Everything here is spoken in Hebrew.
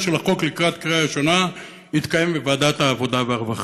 של החוק לקראת קריאה ראשונה יתקיים בוועדת העבודה והרווחה.